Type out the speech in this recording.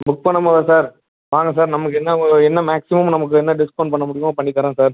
book பண்ணும் போதா sir வாங்க சார் நமக்கு என்ன என்ன மேக்ஸிமம் நமக்கு என்ன டிஸ்கவுண்ட் பண்ண முடியுமோ பண்ணித் தரேன் சார்